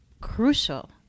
crucial